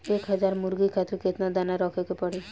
एक हज़ार मुर्गी खातिर केतना दाना रखे के पड़ी?